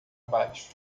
baixo